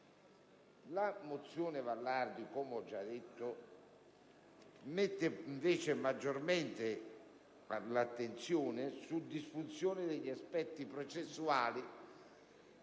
dal senatore Vallardi, come ho già detto, pone invece maggiormente l'attenzione sulle disfunzioni degli aspetti processuali.